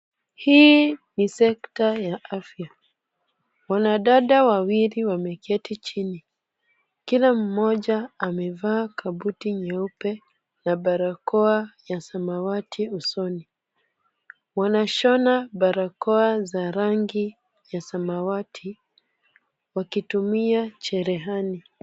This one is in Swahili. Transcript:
Hii ni sekta ya afya, wanadada wawili wameketi chini. Kila mmoja amevaa kabuti nyeupe na barakoa ya samawati usoni. Wanashona barakoa za rangi ya samawati wakitumia cherehani.